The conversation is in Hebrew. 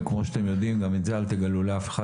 וכמו שאתם יודעים גם את זה אל תגלו לאף אחד